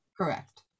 Correct